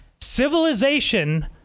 Civilization